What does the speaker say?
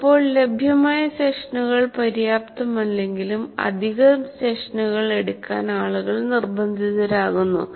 ചിലപ്പോൾ ലഭ്യമായ സെഷനുകൾ പര്യാപ്തമല്ലെങ്കിലും അധിക സെഷനുകൾ എടുക്കാൻ ആളുകൾ നിർബന്ധിതരാകുന്നു